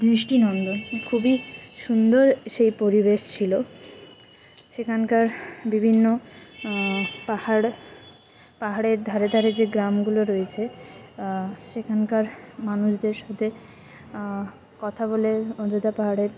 দৃষ্টি নন্দন খুবই সুন্দর সেই পরিবেশ ছিলো সেখাকার বিভিন্ন পাহাড় পাহাড়ের ধারে ধারে যে গ্রামগুলো রয়েছে সেখানকার মানুষদের সাথে কথা বলে অযোধ্যা পাহাড়ের